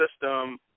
system